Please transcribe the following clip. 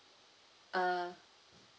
uh